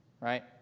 right